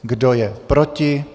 Kdo je proti?